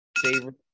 favorite